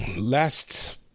last